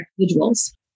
individuals